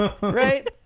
Right